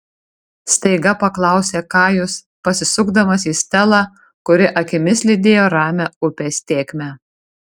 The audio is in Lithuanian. staiga paklausė kajus pasisukdamas į stelą kuri akimis lydėjo ramią upės tėkmę